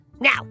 Now